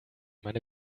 meine